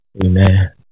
Amen